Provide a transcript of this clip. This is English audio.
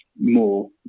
more